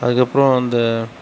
அதுக்கு அப்புறம் அந்த